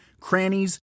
crannies